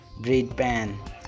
breadpan